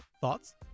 Thoughts